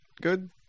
good